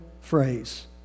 phrase